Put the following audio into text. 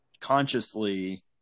consciously